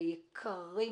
אז הנה ביקשתי.